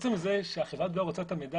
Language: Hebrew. עצם זה שחברת הגבייה רוצה את המידע